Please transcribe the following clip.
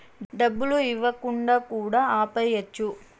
డబ్బులు ఇవ్వకుండా కూడా ఆపేయచ్చు